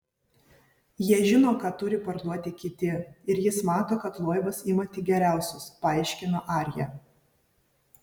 jie žino ką turi parduoti kiti ir jis mato kad loibas ima tik geriausius paaiškino arjė